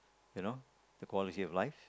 you know the quality of life